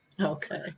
Okay